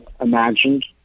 imagined